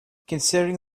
considering